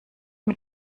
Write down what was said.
mit